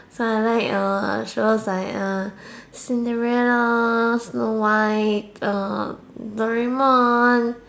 so I like uh shows like uh Cinderella snow-white uh Doraemon